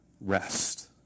rest